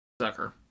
sucker